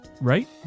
right